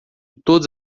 todas